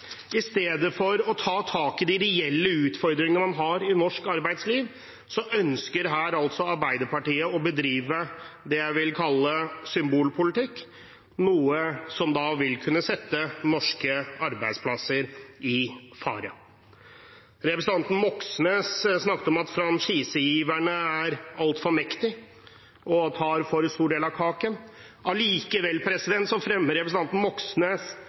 I stedet for å ta tak i de reelle utfordringene man har i norsk arbeidsliv, ønsker Arbeiderpartiet å bedrive det jeg vil kalle symbolpolitikk, noe som vil kunne sette norske arbeidsplasser i fare. Representanten Moxnes snakket om at franchisegiverne er altfor mektige og tar for stor del av kaken. Allikevel fremmer representanten Moxnes